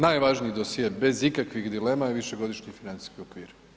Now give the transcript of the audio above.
Najvažniji dosje bez ikakvih dilema višegodišnji financijski okvir.